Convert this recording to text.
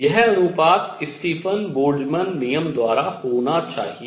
यह अनुपात Stefan Boltzmann नियम द्वारा होना चाहिए